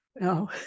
no